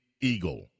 eagle